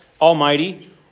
Almighty